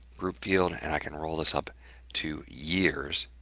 group field and i can roll this up to years.